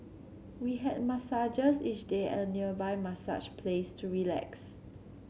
we had massages each day at a nearby massage place to relax